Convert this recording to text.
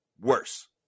worse